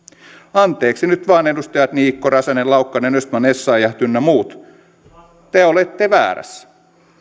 anteeksi nyt vain edustajat niikko räsänen laukkanen östman essayah ynnä muut te olette väärässä